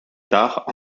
tard